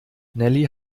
nelly